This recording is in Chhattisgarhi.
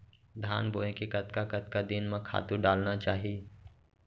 धान बोए के कतका कतका दिन म खातू डालना चाही?